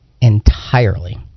entirely